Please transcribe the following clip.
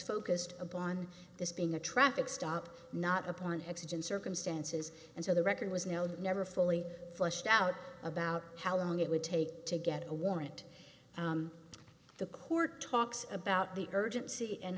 focused upon this being a traffic stop not upon exigent circumstances and so the record was known never fully fleshed out about how long it would take to get a warrant the court talks about the urgency and